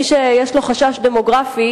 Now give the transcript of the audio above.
מי שיש לו חשש דמוגרפי,